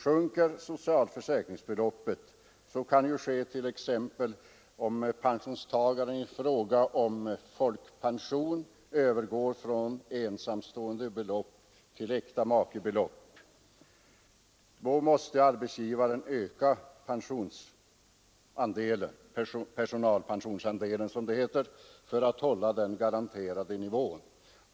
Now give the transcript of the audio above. Minskar socialförsäkringsbeloppet — så kan ju ske t.ex. om pensionstagaren i fråga om folkpension övergår från ensamståendebelopp till äktamakebelopp — måste arbetsgivaren öka personalpensionsandelen, som det heter, för att hålla den garanterade nivån.